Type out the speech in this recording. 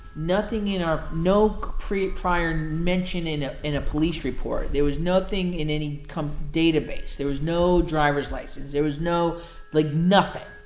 nothing in our no prior prior mention in in a police report, there was nothing in any database, there was no driver's license, there was no like nothing.